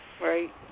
Right